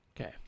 Okay